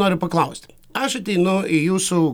noriu paklausti aš ateinu į jūsų